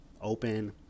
open